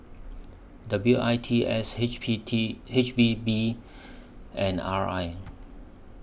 W I T S H P T H P B and R I